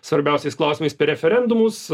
svarbiausiais klausimais per referendumus